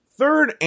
third